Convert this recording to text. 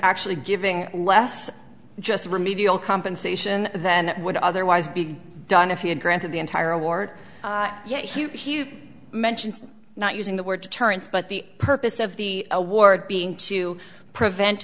actually giving less just remedial compensation than would otherwise be don if he had granted the entire award yet he mentions not using the word deterrence but the purpose of the award being to prevent